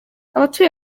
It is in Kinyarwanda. abatuye